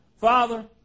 Father